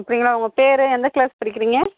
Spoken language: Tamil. அப்படிங்களா உங்க பேரு எந்த கிளாஸ் படிக்கிறீங்க